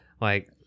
Like-